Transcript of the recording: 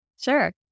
Sure